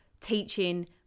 teaching